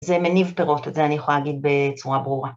‫זה מניב פירות. את זה ‫אני יכולה להגיד בצורה ברורה.